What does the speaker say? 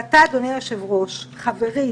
אתה אדוני היושב-ראש, חברי